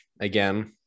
again